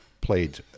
played